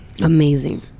amazing